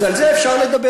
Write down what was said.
אז על זה אפשר לדבר.